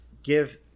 give